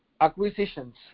Acquisitions